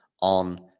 on